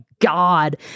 God